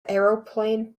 aeroplane